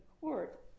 court